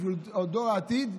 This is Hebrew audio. בשביל דור העתיד,